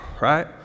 right